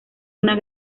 una